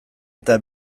eta